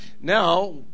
now